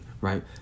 right